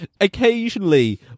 Occasionally